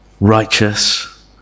righteous